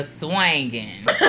swangin